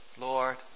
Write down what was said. Lord